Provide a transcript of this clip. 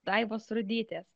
daivos rudytės